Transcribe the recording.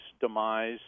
demise